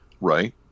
Right